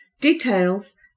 Details